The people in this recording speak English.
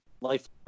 life